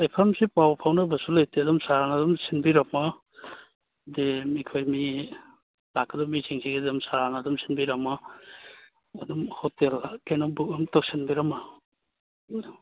ꯂꯩꯐꯝꯁꯦ ꯄꯥꯎ ꯐꯥꯎꯅꯕꯁꯨ ꯂꯩꯇꯦ ꯑꯗꯨꯝ ꯁꯥꯔꯅ ꯑꯗꯨꯝ ꯁꯤꯟꯕꯤꯔꯝꯃꯣ ꯑꯩꯈꯣꯏ ꯃꯤ ꯂꯥꯛꯀꯗꯕ ꯃꯤꯁꯤꯡꯁꯤꯒꯤ ꯑꯗꯨꯝ ꯁꯥꯔꯅ ꯑꯗꯨꯝ ꯁꯤꯟꯕꯤꯔꯝꯃꯣ ꯑꯗꯨꯝ ꯍꯣꯇꯦꯜ ꯀꯩꯅꯣ ꯕꯨꯛ ꯑꯃꯨꯛ ꯇꯧꯁꯤꯟꯕꯤꯔꯝꯃꯣ